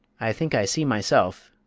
i think i see myself,